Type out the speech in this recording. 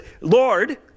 Lord